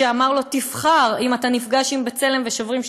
כשאמר לו: תבחר אם אתה נפגש עם ב"צלם" ו"שוברים שתיקה"